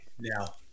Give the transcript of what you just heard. Now